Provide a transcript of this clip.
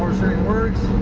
words